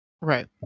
Right